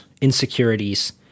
insecurities